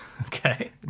Okay